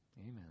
Amen